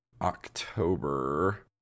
October